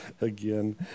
again